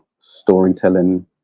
storytelling